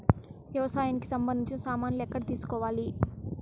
వ్యవసాయానికి సంబంధించిన సామాన్లు ఎక్కడ తీసుకోవాలి?